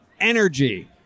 energy